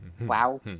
Wow